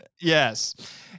Yes